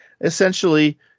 Essentially